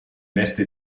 veste